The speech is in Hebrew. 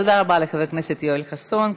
תודה רבה לחבר הכנסת יואל חסון.